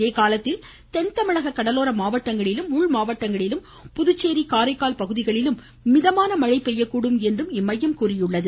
இதேகாலத்தில் தென் தமிழக கடலோர மாவட்டங்களிலும் உள்மாவட்டங்களிலும் புதுச்சேரி காரைக்கால் பகுதிகளிலும் மிதமான மழை பெய்யக்கூடும் என்று இம்மையம் கூறியுள்ளது